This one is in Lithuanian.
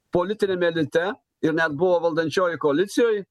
politiniam elite ir net buvo valdančiojoj koalicijoj